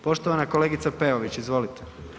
Poštovana kolegice Peović, izvolite.